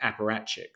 apparatchiks